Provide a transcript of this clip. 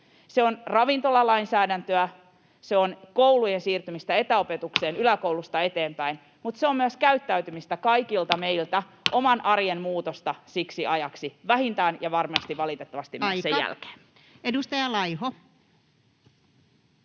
se on ravintolalainsäädäntöä, se on koulujen siirtymistä etäopetukseen yläkoulusta eteenpäin, mutta se on myös käyttäytymistä kaikilta meiltä, oman arjen muutosta siksi ajaksi vähintään — ja varmasti, valitettavasti, myös sen jälkeen. Aika! Edustaja Laiho.